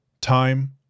time